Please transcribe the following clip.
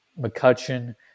McCutcheon